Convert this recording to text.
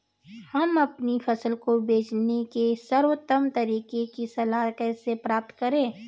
हम अपनी फसल को बचाने के सर्वोत्तम तरीके की सलाह कैसे प्राप्त करें?